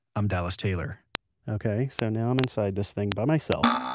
i'm dallas taylor okay. so now i'm inside this thing by myself.